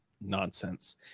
Nonsense